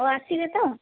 ଆଉ ଆସିବେ ତ